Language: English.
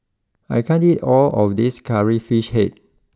I can't eat all of this Curry Fish Head